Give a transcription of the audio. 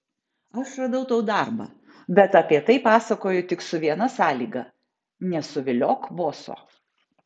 aš radau tau darbą bet apie tai pasakoju tik su viena sąlyga nesuviliok boso